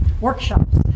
workshops